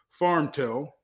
FarmTel